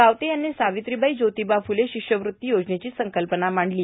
रावते यांनी सार्वत्रीबाई जोोतबा फुले शिष्यवृत्ती योजनेची संकल्पना मांडली